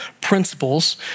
principles